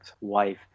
wife